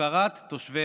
הפקרת תושבי